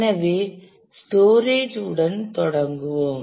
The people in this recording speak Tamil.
எனவே ஸ்டோரேஜ் உடன் தொடங்குவோம்